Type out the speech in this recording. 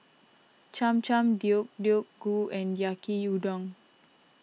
Cham Cham Deodeok Gui and Yaki Udon